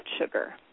sugar